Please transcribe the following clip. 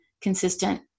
consistent